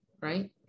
right